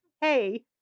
hey